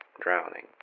drowning